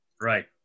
right